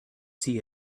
see